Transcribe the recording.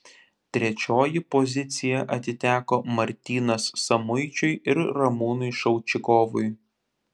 trečioji pozicija atiteko martynas samuičiui ir ramūnui šaučikovui